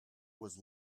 was